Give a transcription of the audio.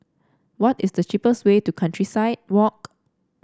what is the cheapest way to Countryside Walk